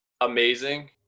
Amazing